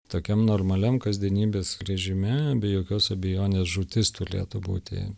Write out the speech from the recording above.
tokiam normaliam kasdienybės režime be jokios abejonės žūtis turėtų būti